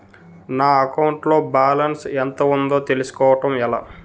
నా అకౌంట్ లో బాలన్స్ ఎంత ఉందో తెలుసుకోవటం ఎలా?